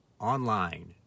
online